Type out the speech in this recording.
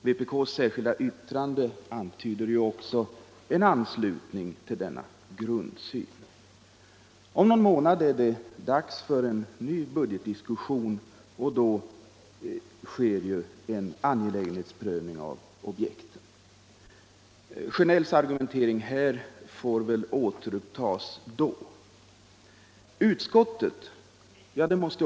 Vpk:s särskilda yttrande antyder också en anslutning till denna grundsyn. Om någon månad är det dags för en ny budgetdiskussion. Då sker en angelägenhetsprövning av objekten. Herr Sjönells argumentering får återupptas vid det tillfället.